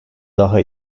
daha